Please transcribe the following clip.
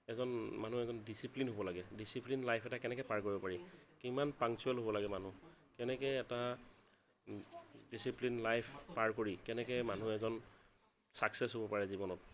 এজন মানুহ এজন ডিচিপ্লিন হ'ব লাগে ডিচিপ্লিন লাইফ এটা কেনেকে পাৰ কৰিব পাৰি কিমান পাংচুৱেল হ'ব লাগে মানুহ কেনেকে এটা ডিচিপ্লিন লাইফ পাৰ কৰি কেনেকে মানুহ এজন চাকচেছ হ'ব পাৰে জীৱনত